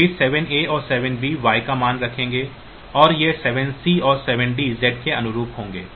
फिर 7A और 7B Y का मान रखेंगे और ये 7C और 7D Z के अनुरूप होंगे